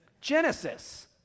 Genesis